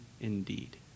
indeed